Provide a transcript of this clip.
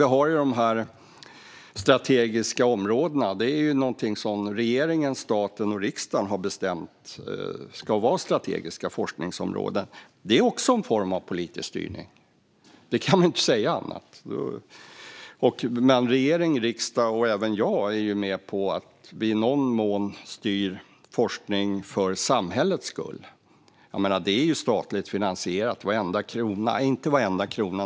Vi har de strategiska områdena. Regeringen, staten och riksdagen har bestämt att de ska vara strategiska forskningsområden. Det är också en form av politisk styrning - man kan inte säga något annat. Men regering, riksdag och även jag är med på att vi i någon mån styr forskning för samhällets skull. Varenda krona är ju statligt finansierad. Nej, inte varenda krona.